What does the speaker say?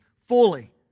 fully